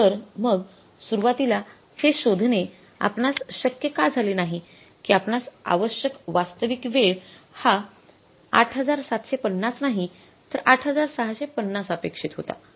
तर मग सुरवातीला हे शोधणे आपणास शक्य का झाले नाही कि आपणास आवश्यक वास्तविक वेळ हा ८७५० नाही तर ८६५० अपेक्षित होता